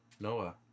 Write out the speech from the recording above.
noah